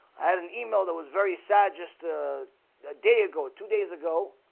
i had an email that was very sad just a day ago two days ago